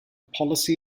policy